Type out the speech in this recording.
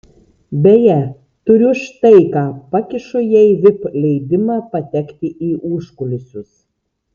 beje turiu štai ką pakišu jai vip leidimą patekti į užkulisius